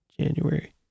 January